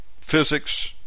physics